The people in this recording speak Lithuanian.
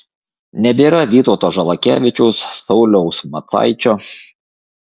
nebėra vytauto žalakevičiaus sauliaus macaičio